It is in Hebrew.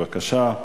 בבקשה.